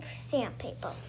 sandpaper